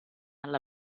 alla